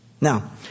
Now